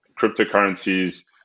cryptocurrencies